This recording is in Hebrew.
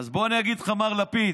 אז בוא אני אגיד לך, מר לפיד,